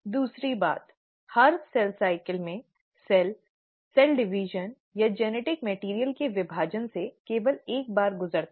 दूसरी बात हर सेल साइकिल में कोशिका कोशिका विभाजन या आनुवंशिक सामग्री के विभाजन से केवल एक बार गुजरती है